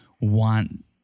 want